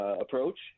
approach